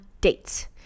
dates